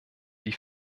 die